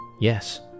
yes